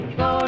go